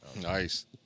Nice